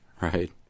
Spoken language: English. Right